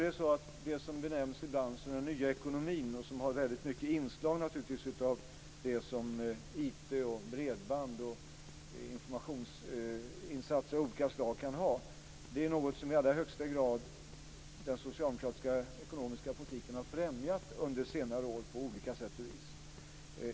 Det som ibland benämns som den nya ekonomin och som har mycket inslag av IT, bredband och informationsinsatser av olika slag, är något som den socialdemokratiska ekonomiska politiken i allra högsta grad har främjat under senare år på olika sätt och vis.